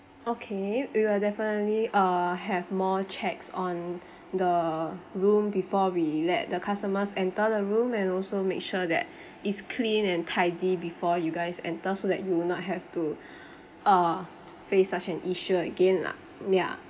okay we will definitely uh have more checks on the room before we let the customers enter the room and also make sure that is clean and tidy before you guys enter so that you will not have to face uh such an issue again lah ya